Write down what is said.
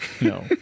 No